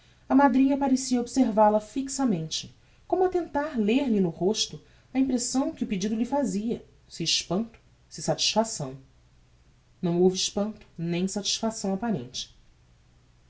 a madrinha parecia observa la fixamente como a tentar ler lhe no rosto a impressão que o pedido lhe fazia se espanto se satisfação não houve espanto nem satisfação apparente